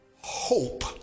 hope